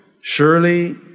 Surely